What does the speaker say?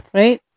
right